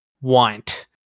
want